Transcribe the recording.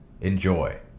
Enjoy